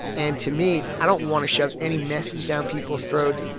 and, to me, i don't want to shove any message down people's throats.